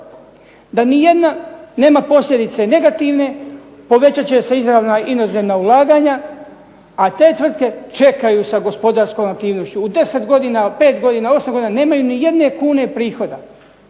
da nijedna nema posljedice negativne, povećat će se izravna inozemna ulaganja, a te tvrtke čekaju sa gospodarskom aktivnošću. U 10 godina, u 5 godina u 8 godina nemaju nijedne kune prihoda.